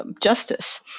justice